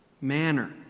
manner